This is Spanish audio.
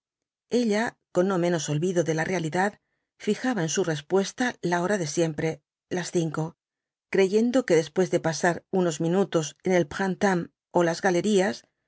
ella con no menos olvido de la realidad fijaba en su respuesta la hora de siempre las cinco creyendo que después de pasar unos minutos en el printemps ó las galerías